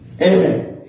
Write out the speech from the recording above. Amen